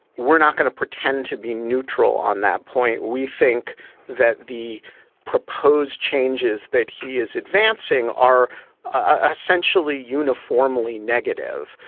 we're not going to pretend to be neutral on that point. we think that the proposed changes that he is advancing are ah essentially uniformly negative.